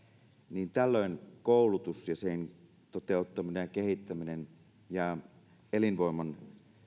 niin tällöin koulutus ja sen toteuttaminen ja kehittäminen jää elinvoiman